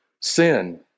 sin